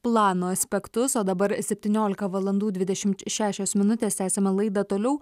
plano aspektus o dabar septyniolika valandų dvidešimt šešios minutės tęsiame laidą toliau